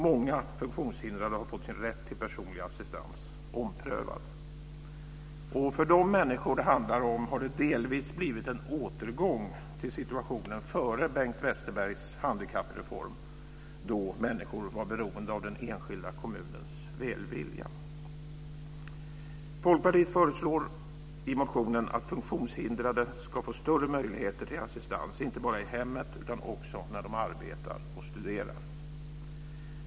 Många funktionshindrade har fått sin rätt till personlig assistans omprövad. För de människor som det handlar om har det delvis blivit en återgång till situationen före Bengt Westerbergs handikappreform, då människor var beroende av den enskilda kommunens välvilja. Folkpartiet föreslår i motionen att funktionshindrade ska få större möjligheter till assistans, inte bara i hemmet utan också när de arbetar och studerar.